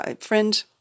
friend